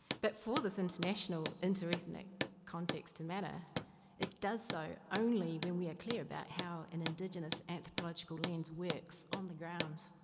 but for this international interethnic context and manner it does so only when we are clear about how an indigenous anthropological lines works on the ground.